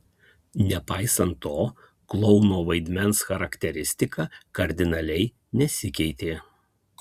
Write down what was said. nepaisant to klouno vaidmens charakteristika kardinaliai nesikeitė